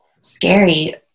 scary